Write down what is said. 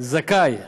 זכאי להתחשבות,